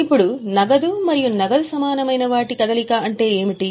ఇప్పుడు నగదు మరియు నగదు సమానమైన వాటి కదలిక అంటే ఏమిటి